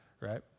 right